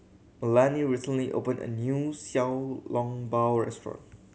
Melany recently opened a new Xiao Long Bao restaurant